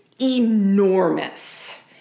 enormous